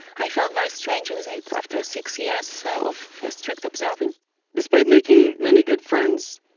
i felt very strange with it after six years so of strict observing despite making many good friends,